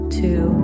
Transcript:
two